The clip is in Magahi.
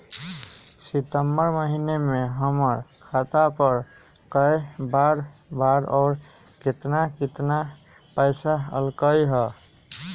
सितम्बर महीना में हमर खाता पर कय बार बार और केतना केतना पैसा अयलक ह?